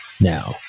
Now